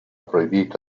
proibito